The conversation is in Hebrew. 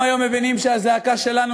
היום כולם מבינים שהזעקה שלנו,